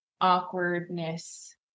awkwardness